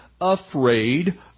afraid